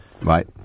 Right